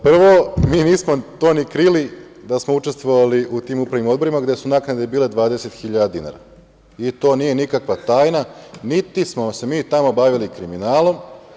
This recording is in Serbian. Prvo, mi nismo to ni krili, da smo učestvovali u tim upravnim odborima, gde su naknade bile 20.000 dinara i to nije nikakva tajna, niti smo se mi tamo bavili kriminalom.